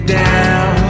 down